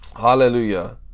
Hallelujah